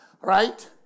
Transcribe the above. right